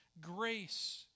grace